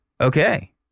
Okay